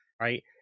right